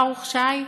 ברוך שי,